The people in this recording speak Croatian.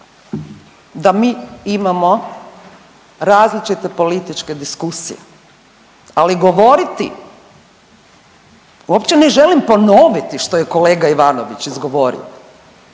da mi imamo različite političke diskusije, ali govoriti uopće ne želim ponoviti što je kolega Ivanović izgovorio,